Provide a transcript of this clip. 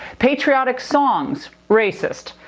patriotic songs, racist.